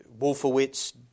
Wolfowitz